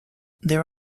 there